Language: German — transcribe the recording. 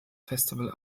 festival